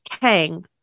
Kang